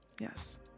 yes